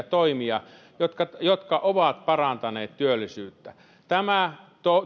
toimia jotka jotka ovat parantaneet työllisyyttä tämä